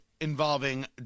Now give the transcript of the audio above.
involving